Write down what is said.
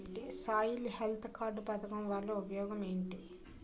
Soil health card పథకం వల్ల ఉపయోగం ఏంటి?